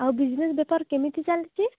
ଆଉ ବିଜନେସ୍ ବେପାର କେମିତି ଚାଲିଛି